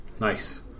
Nice